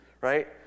right